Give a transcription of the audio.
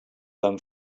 them